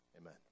Amen